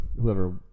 whoever –